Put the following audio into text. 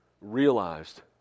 realized